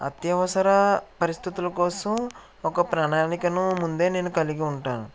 అత్యవసర పరిస్థితులు కోసం ఒక ప్రణాళికను ముందే నేను కలిగి ఉంటాను